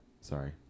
Sorry